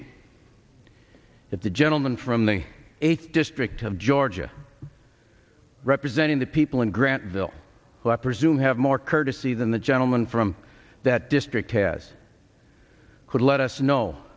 if the gentleman from the eighth district of georgia representing the people in grantville who i presume have more courtesy than the gentleman from that district has could let us know